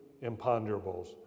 imponderables